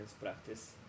practice